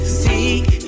seek